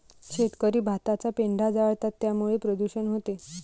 शेतकरी भाताचा पेंढा जाळतात त्यामुळे प्रदूषण होते